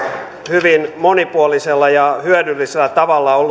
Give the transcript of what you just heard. hyvin monipuolisella ja hyödyllisellä tavalla